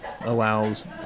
allows